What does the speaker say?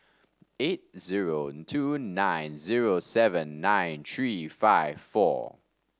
eight zero two nine zero seven nine three five four